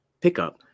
pickup